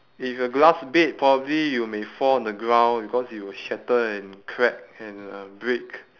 if a glass bed probably you may fall on the ground because it will shatter and crack and uh break